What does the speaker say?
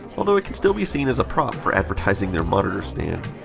although it can still be seen as a prop for advertising their monitor stand.